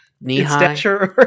knee-high